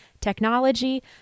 technology